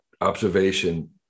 observation